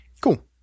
Cool